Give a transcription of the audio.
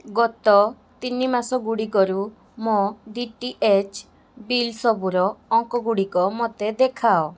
ଗତ ତିନି ମାସଗୁଡ଼ିକରୁ ମୋ ଡି ଟି ଏଚ୍ ବିଲ୍ ସବୁର ଅଙ୍କଗୁଡ଼ିକ ମୋତେ ଦେଖାଅ